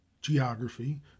geography